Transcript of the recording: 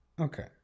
okay